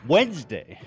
Wednesday